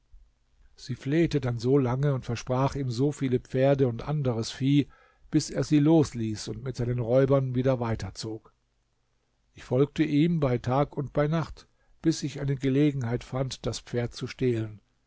sie flehte dann so lange und versprach ihm so viele pferde und anderes vieh bis er sie losließ und mit seinen räubern wieder weiterzog ich folgte ihm bei tag und bei nacht bis ich eine gelegenheit fand das pferd zu stehlen